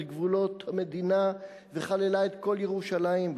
גבולות המדינה וכללה את כל ירושלים בתוכה.